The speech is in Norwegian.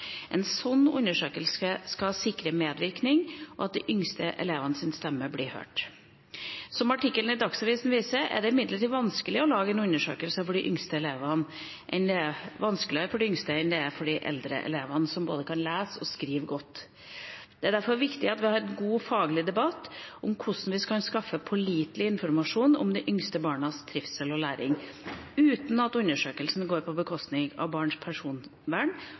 En slik undersøkelse skal sikre medvirkning og at de yngste elevenes stemme blir hørt. Som artiklene i Dagsavisen viser, er det imidlertid vanskeligere å lage en undersøkelse for de yngste elevene enn for eldre elever, som leser og skriver godt. Det er derfor viktig at vi har en god faglig debatt om hvordan vi skaffer oss pålitelig informasjon om de yngste barnas trivsel og læring, uten at undersøkelsene går på bekostning av barnas personvern